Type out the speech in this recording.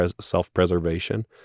self-preservation